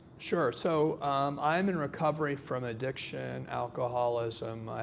sure. so i'm in recovery from addiction, alcoholism.